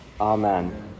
Amen